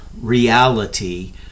reality